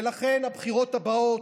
ולכן הבחירות הבאות,